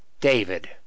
David